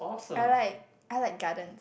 I like I like gardens